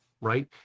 right